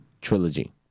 trilogy